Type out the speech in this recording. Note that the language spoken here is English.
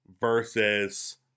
versus